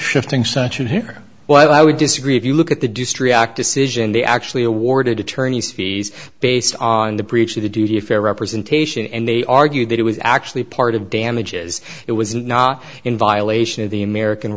shifting suchan here well i would disagree if you look at the do street act decision they actually awarded attorney's fees based on the breach of the duty of fair representation and they argued that it was actually part of damages it was not in violation of the american